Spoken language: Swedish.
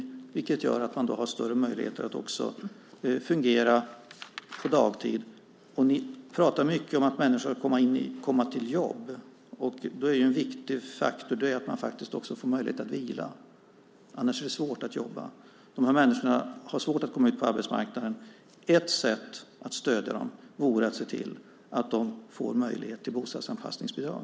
Det skulle göra att de därmed har större möjligheter att fungera på dagtid. Ni pratar mycket om att människor ska komma i jobb. Men då är det en viktig faktor att man faktiskt också får möjlighet att vila, för annars är det svårt att jobba. De här människorna har svårt att komma ut på arbetsmarknaden. Ett sätt att stödja dem vore att se till att de fick möjlighet till bostadsanpassningsbidrag.